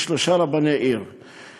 שלושה רבני שכונות,